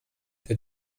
der